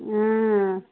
ஆ